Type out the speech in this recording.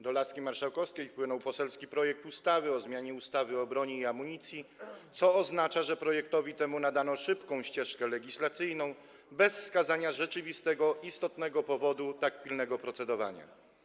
Do laski marszałkowskiej wpłynął poselski projekt ustawy o zmianie ustawy o broni i amunicji, co oznacza, że projektowi temu nadano szybką ścieżkę legislacyjną bez wskazania rzeczywistego istotnego powodu tak pilnego procedowania.